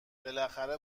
بالاخره